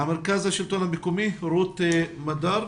רות מדר,